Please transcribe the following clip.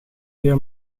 via